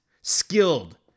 skilled